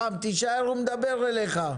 רם, תישאר, הוא מדבר אילך.